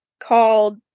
called